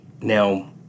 Now